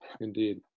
Indeed